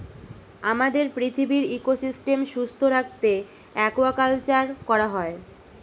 আমাদের পৃথিবীর ইকোসিস্টেম সুস্থ রাখতে অ্য়াকুয়াকালচার করা হয়